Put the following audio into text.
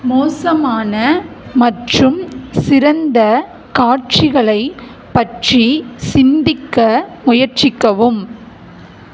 மோசமான மற்றும் சிறந்த காட்சிகளை பற்றி சிந்திக்க முயற்சிக்கவும்